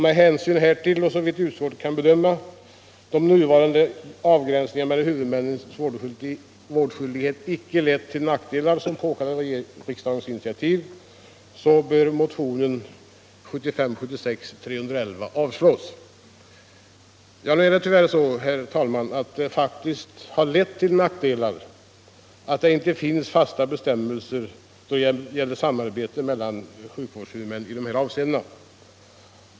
Med hänsyn härtill och då, såvitt utskottet kan bedöma, den nuvarande avgränsningen av huvudmännens vårdskyldighet inte lett till nackdelar som påkallar något riksdagens initiativ, bör motionen 1975/76:311 avslås.” Nu är det tyvärr så, herr talman, att det faktiskt har lett till nackdelar att det inte finns några fasta bestämmelser då det gäller samarbete mellan sjukvårdshuvudmän I dessa avseenden.